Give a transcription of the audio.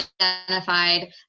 identified